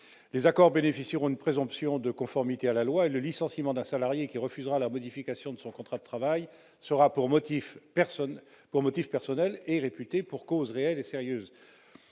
collectifs bénéficieront d'une présomption de conformité à la loi, et le licenciement d'un salarié qui refusera la modification de son contrat de travail sera réputé pour motif personnel et pour cause réelle et sérieuse.